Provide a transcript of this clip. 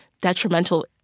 detrimental